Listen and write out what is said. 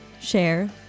share